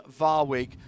Varwig